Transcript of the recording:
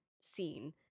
scene –